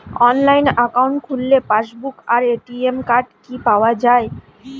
Online account খুললে passbook আর ATM card কি পাওয়া যায়?